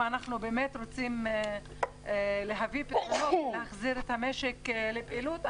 אם אנחנו באמת רוצים להביא פתרונות ולהחזיר את המשק לפעילות,